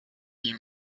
ihm